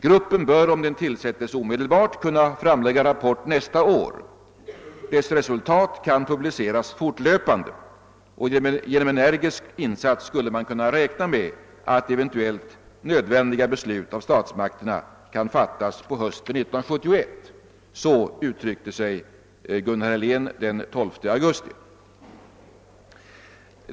Gruppen bör, om den tillsättes omedelbart, kunna framlägga rapport nästa år; dess resultat kan publiceras fortlöpande. Genom en energisk insats skulle man kunna räkna med att eventuellt nödvändiga beslut av statsmakterna kan fattas på hösten 1971.» Så uttryckte sig Gunnar Helén den 12 augusti.